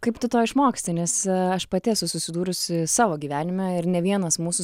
kaip tu to išmoksti nes aš pati esu susidūrusi savo gyvenime ir ne vienas mūsų